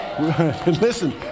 Listen